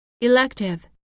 elective